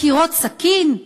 דקירות סכין?